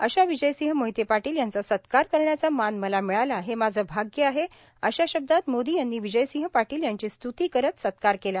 अशा विजयसिंह मोहिते पाटील यांचा सत्कार करण्याचा मान मला मिळाला हे माझं भाग्य आहे अशा शब्दात मोदी यांनी विजयसिंह पाटील यांची स्तृती करत सत्कार केला